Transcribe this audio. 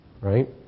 Right